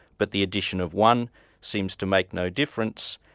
but the addition of one seems to make no difference,